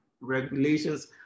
regulations